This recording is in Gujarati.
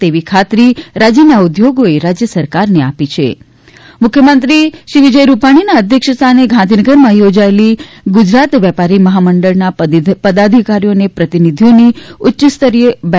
તેવી ખાતરી રાજ્યના ઉદ્યોગોએ રાજ્ય સરકારને આપી છાં મુખ્યમંત્રીશ્રીના અધ્યક્ષસ્થાને ગાંધીનગરમાં યોજાયેલી ગુજરાત વેપારી મહામંડળના પદાધિકારીઓ અને પ્રતિનિધિઓની ઉચ્ય સ્તરીય બેઠક યોજાઇ હતી